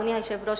אדוני היושב-ראש,